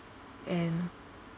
and